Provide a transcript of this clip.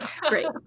Great